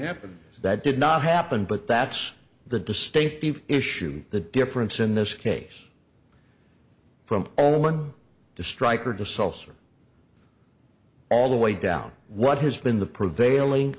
happen that did not happen but that's the distinctive issue the difference in this case from only one to strike or to sulfur all the way down what has been the prevailing